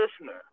listener